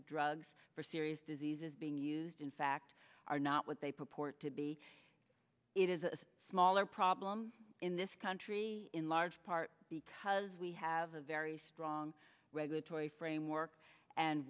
of drugs for serious diseases being used in fact are not what they purport to be it is a smaller problem in this country in large part because we have a very strong regulatory framework and